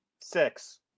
Six